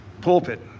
pulpit